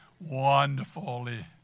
Wonderfully